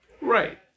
Right